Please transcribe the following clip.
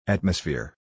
Atmosphere